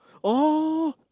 oh